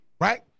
right